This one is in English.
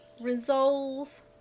Resolve